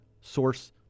source